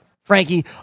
Frankie